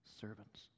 servants